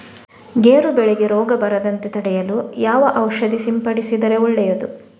ಗೇರು ಬೆಳೆಗೆ ರೋಗ ಬರದಂತೆ ತಡೆಯಲು ಯಾವ ಔಷಧಿ ಸಿಂಪಡಿಸಿದರೆ ಒಳ್ಳೆಯದು?